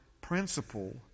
principle